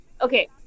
Okay